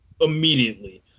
immediately